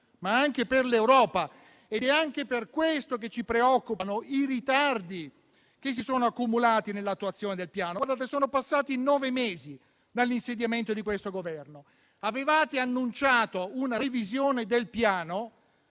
ma anche per l'Europa, ed è anche per questo che ci preoccupano i ritardi che si sono accumulati nell'attuazione del Piano: sono passati nove mesi dall'insediamento di questo Governo e ne avevate annunciato una revisione, ma